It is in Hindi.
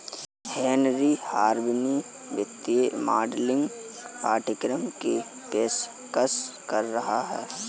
हेनरी हार्विन वित्तीय मॉडलिंग पाठ्यक्रम की पेशकश कर रहा हैं